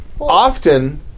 Often